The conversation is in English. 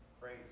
Praise